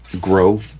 grow